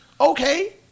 Okay